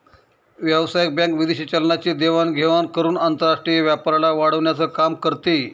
व्यावसायिक बँक विदेशी चलनाची देवाण घेवाण करून आंतरराष्ट्रीय व्यापाराला वाढवण्याचं काम करते